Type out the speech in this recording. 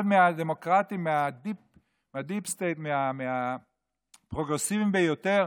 אחד מהדמוקרטים מהדיפ-סטייט, מהפרוגרסיביים ביותר,